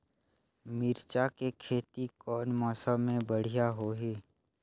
मिरचा के खेती कौन मौसम मे बढ़िया होही?